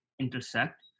intersect